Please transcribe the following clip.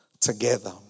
Together